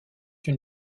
une